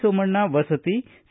ಸೋಮಣ್ಣ ವಸತಿ ಸಿ